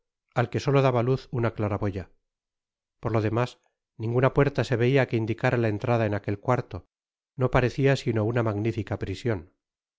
al que solo daba luz una claraboya por lo demás ninguna puerta se veia que indicara la entrada en aquel cuarto no parecia sino una magnifica prision